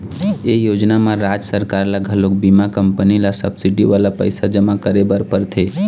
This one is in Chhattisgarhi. ए योजना म राज सरकार ल घलोक बीमा कंपनी ल सब्सिडी वाला पइसा जमा करे बर परथे